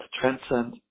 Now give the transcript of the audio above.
transcend